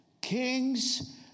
kings